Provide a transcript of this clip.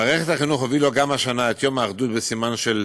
מערכת החינוך הובילה גם השנה את יום האחדות בסימן של